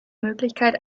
möglichkeit